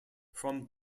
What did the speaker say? from